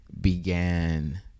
began